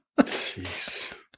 Jeez